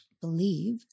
believe